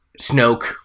Snoke